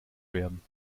werden